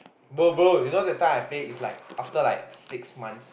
boy boy you know that time I play is like after like six months